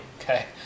okay